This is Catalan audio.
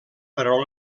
però